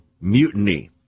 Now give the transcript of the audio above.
mutiny